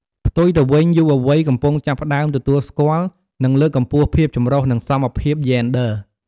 ផ្ទុយទៅវិញ យុវវ័យកំពុងចាប់ផ្ដើមទទួលស្គាល់ និងលើកកម្ពស់ ភាពចម្រុះ និង សមភាព យេនឌ័រ។